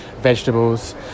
vegetables